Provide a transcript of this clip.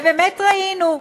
ובאמת ראינו,